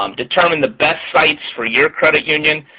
um determine the best sites for your credit union.